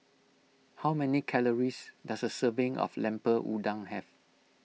how many calories does a serving of Lemper Udang have